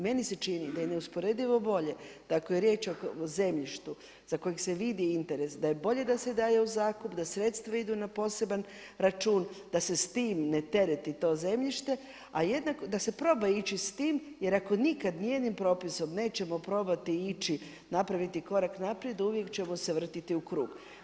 Meni se čini da je neusporedivo bolje da ako je riječ o zemljištu za kojeg se vidi interes da je bolje da se daje u zakup, da sredstva idu na poseban račun, da se s tim ne tereti to zemljište, da se proba ići s tim jer ako nikad nijednim propisom nećemo probati napraviti korak naprijed uvijek ćemo se vrtiti u krug.